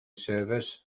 service